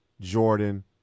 Jordan